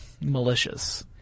malicious